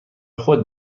خود